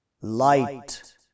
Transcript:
Light